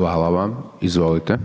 vama. Izvolite.